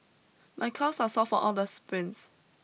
my calves are sore for all the sprints